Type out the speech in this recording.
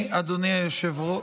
השר וסרלאוף.